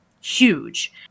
huge